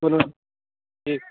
कोनो जे ठीक छै